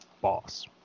boss